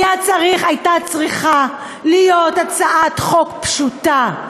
הייתה צריכה להיות הצעת חוק פשוטה: